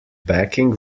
backing